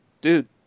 Dude